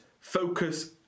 focus